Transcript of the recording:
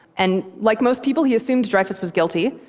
and like most people, he assumed dreyfus was guilty.